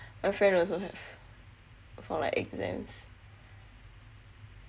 my friend also have for like exams